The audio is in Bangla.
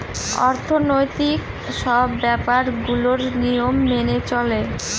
অর্থনৈতিক সব ব্যাপার গুলোর নিয়ম মেনে চলে